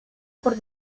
por